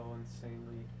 insanely